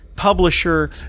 publisher